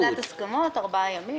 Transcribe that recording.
ואחרי זה ועדת הסכמות ארבעה ימים.